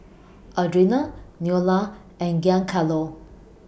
Audrina Neola and Giancarlo